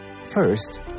First